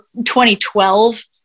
2012